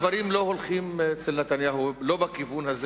הדברים לא הולכים אצל נתניהו לא בכיוון הזה